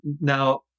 now